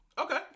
okay